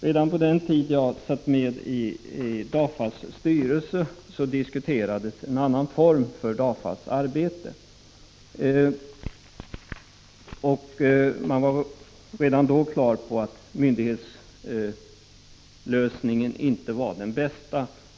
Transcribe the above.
Redan på den tiden när jag satt med i DAFA:s styrelse diskuterades frågan om en annan form för DAFA:s arbete. Redan då var man på det klara med att myndighetslösningen inte var den bästa.